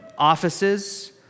offices